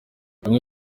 bamwe